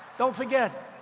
don't forget,